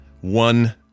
one